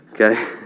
okay